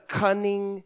cunning